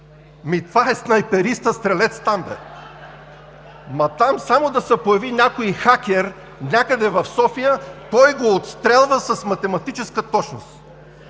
Ами това е снайперистът – стрелец там! (Смях.) Ама там само да се появи някой хакер някъде в София, той го отстрелва с математическа точност.